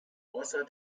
außer